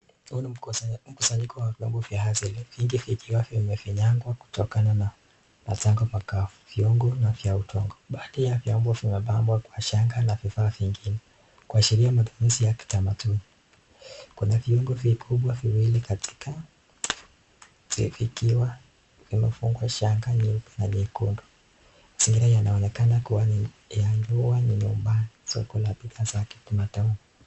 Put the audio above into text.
Huu ni mkusanyiko wa vyombo vya hasili vingi vikiwa vimefinyangwa kutokana na matongo makavu. vyongo na vya utongo. Baadhi ya vyombo vimebambwa kwa shanga na vifaa vingine kuashiria matumizi ya kitamaduni. Kuna viungo vikubwa viwili katika vikiwa vimefungwa shanga nyeupe na nyekundu. Mazingira yanaonekana kuwa ni ya jua ni nyumba soko la bidhaa za kitamaduni.